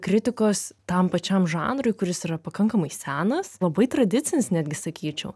kritikos tam pačiam žanrui kuris yra pakankamai senas labai tradicinis netgi sakyčiau